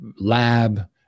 lab